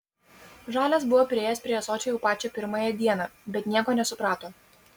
žalias buvo priėjęs prie ąsočio jau pačią pirmąją dieną bet nieko nesuprato